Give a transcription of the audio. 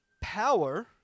power